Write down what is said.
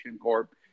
Corp